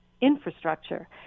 infrastructure